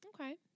Okay